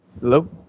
Hello